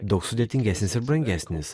daug sudėtingesnis ir brangesnis